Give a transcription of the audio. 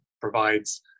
provides